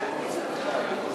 זו לא שאלה קנטרנית,